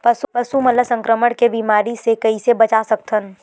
पशु मन ला संक्रमण के बीमारी से कइसे बचा सकथन?